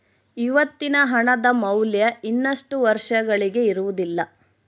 ಇವತ್ತಿನ ಹಣದ ಮೌಲ್ಯ ಇನ್ನಷ್ಟು ವರ್ಷಗಳಿಗೆ ಇರುವುದಿಲ್ಲ